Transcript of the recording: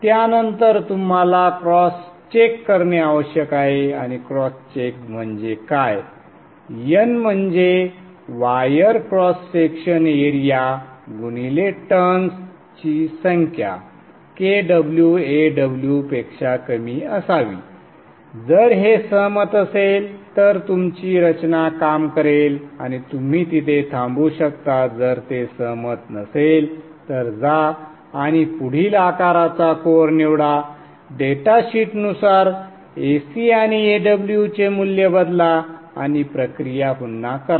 त्यानंतर तुम्हाला cross check करणे आवश्यक आहे आणि क्रॉस चेक म्हणजे काय N म्हणजे वायर क्रॉस सेक्शन एरिया गुणिले टर्न्स ची संख्या KwAw पेक्षा कमी असावी जर हे सहमत असेल तर तुमची रचना काम करेल आणि तुम्ही तिथे थांबू शकता जर ते सहमत नसेल तर जा आणि पुढील आकाराचा कोअर निवडा डेटा शीटनुसार Ac आणि Aw चे मूल्य बदला आणि प्रक्रिया पुन्हा करा